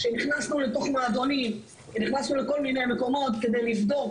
שנכנסנו לתוך מועדונים ולכל מיני מקומות כדי לבדוק